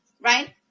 right